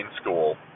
school